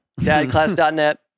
Dadclass.net